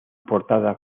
portada